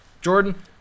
Jordan